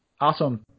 Awesome